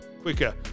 quicker